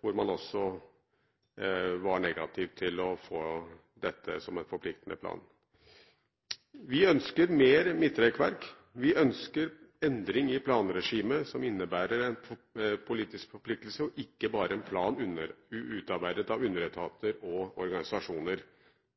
hvor man også var negativ til å få dette som en forpliktende plan. Vi ønsker mer midtrekkverk, vi ønsker endring i planregimet som innebærer en politisk forpliktelse og ikke bare en plan utarbeidet av underetater og organisasjoner,